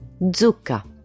Zucca